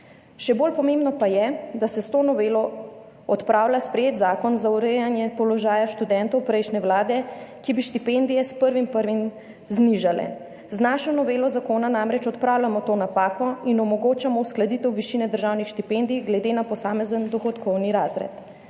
Še bolj pomembno pa je, da se s to novelo odpravlja sprejet zakon za urejanje položaja študentov prejšnje vlade, ki bi štipendije s 1. 1. znižal. Z našo novelo zakona namreč odpravljamo to napako in omogočamo uskladitev višine državnih štipendij glede na posamezen dohodkovni razred.